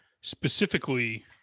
Specifically